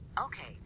Okay